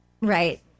Right